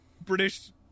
British